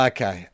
Okay